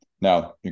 Now